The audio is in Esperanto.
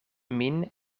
min